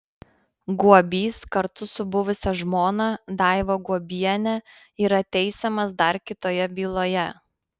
guobys kartu su buvusia žmona daiva guobiene yra teisiamas dar kitoje byloje